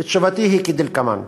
תשובתי היא כדלקמן: